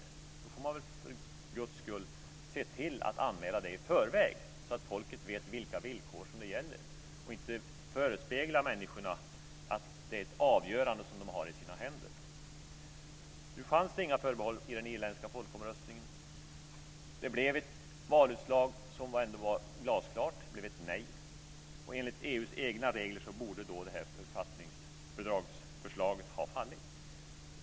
Då får man väl för Guds skull se till att anmäla det i förväg, så att folket vet vilka villkor som gäller och inte förespegla människorna att de har ett avgörande i sina händer. Nu fanns det inga förbehåll i den irländska folkomröstningen. Det blev ett valutslag som ändå var glasklart. Det blev ett nej. Och enligt EU:s egna regler borde då detta fördragsförslag ha fallit.